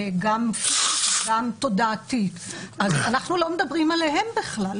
גם תודעתית אז אנחנו לא מדברים עליהם בכלל,